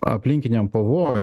aplinkiniam pavojų